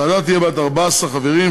הוועדה תהיה בת 14 חברים,